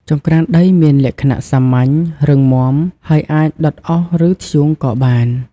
ចង្ក្រានដីមានលក្ខណៈសាមញ្ញ រឹងមាំ ហើយអាចដុតអុស ឬ ធ្យូងក៏បាន។